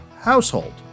household